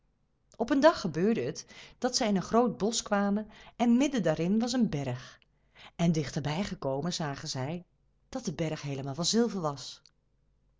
op een dag gebeurde het dat zij in een groot bosch kwamen en midden daarin was een berg en dichterbij gekomen zagen zij dat de berg heelemaal van zilver was